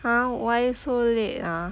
!huh! why so late ah